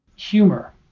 Humor